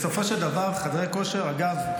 בסופו של דבר, אגב,